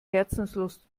herzenslust